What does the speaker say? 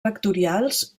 vectorials